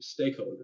stakeholders